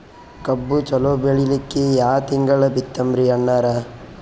ಕಬ್ಬು ಚಲೋ ಬೆಳಿಲಿಕ್ಕಿ ಯಾ ತಿಂಗಳ ಬಿತ್ತಮ್ರೀ ಅಣ್ಣಾರ?